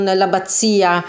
l'abbazia